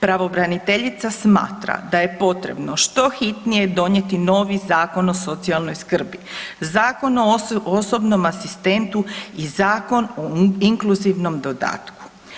Pravobraniteljica smatra da je potrebno što hitnije donijeti novi Zakon o socijalnoj skrbi, Zakon o osobnom asistentu i Zakon o inkluzivnom dodatku.